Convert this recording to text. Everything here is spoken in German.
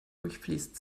durchfließt